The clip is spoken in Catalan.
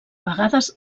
vegades